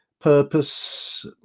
purpose